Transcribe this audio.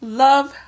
love